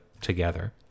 together